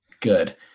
Good